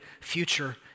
future